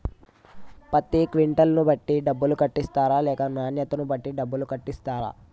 పత్తి క్వింటాల్ ను బట్టి డబ్బులు కట్టిస్తరా లేక నాణ్యతను బట్టి డబ్బులు కట్టిస్తారా?